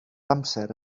amser